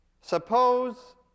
Suppose